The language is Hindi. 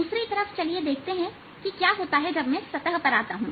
दूसरी तरफ चलिए देखते हैं कि क्या होता है जब मैं सतह पर आता हूं